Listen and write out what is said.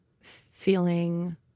feeling